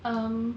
um